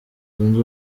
zunze